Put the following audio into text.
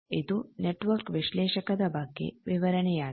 ಇದು ನೆಟ್ವರ್ಕ್ ವಿಶ್ಲೇಷಕದ ಬಗ್ಗೆ ವಿವರಣೆಯಾಗಿದೆ